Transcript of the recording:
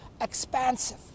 expansive